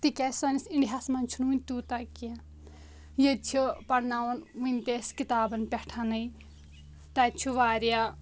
تِکیازِ سٲنِس اِنڈیا ہَس منٛز چھُنہٕ وُنہِ تیوٗتاہ کینٛہہ ییٚتہِ چھِ پَرناوان وٕنہِ تہِ أسۍ کِتابَن پٮ۪ٹھَنٕے تَتہِ چھُ واریاہ